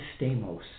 Stamos